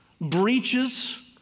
breaches